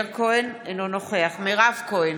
אינו נוכח מירב כהן,